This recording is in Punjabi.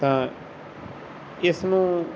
ਤਾਂ ਇਸ ਨੂੰ